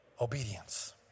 Obedience